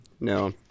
No